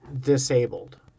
disabled